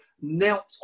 knelt